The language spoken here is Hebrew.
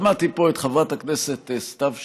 שמעתי פה את חברת הכנסת סתיו שפיר,